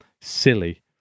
silly